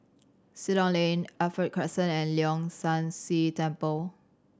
Ceylon Lane Alkaff Crescent and Leong San See Temple